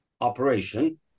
operation